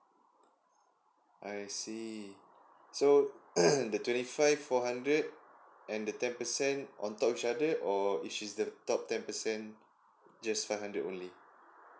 I see so the twenty five four hundred and the ten percent on top of each other or is she's the top ten percent just five hundred only